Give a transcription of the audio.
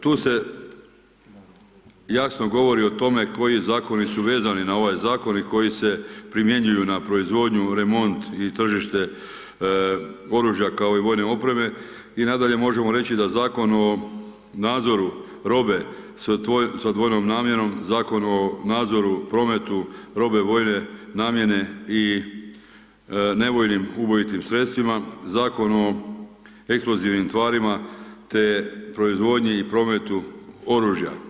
Tu se jasno govori o tome, koji zakoni su vezani na ovaj zakon koji se primjenjuje na proizvodnju, remont i tržište oružja kao i vojne opreme i nadalje možemo reći, da Zakon o nadzoru robe, sa odvojenom namjerom, Zakon o nadzoru, prometu, … namjene i nevoljnim ubojitim sredstvima, Zakon o eksplozivnim tvarima, te proizvodnji i prometu oružja.